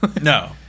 No